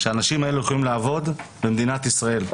האנשים האלה יכולים לעבוד במדינת ישראל.